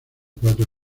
cuatro